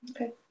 Okay